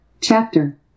chapter